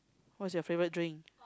what's your favourite drink